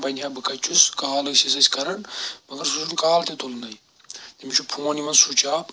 وَنہِ ہا بہٕ کَتہِ چھُس کال ٲسِس أسۍ کرَان مگر سُہ چھُنہٕ کال تہِ تُلٲنی تٔمِس چھُ فون یِوان سُچ آف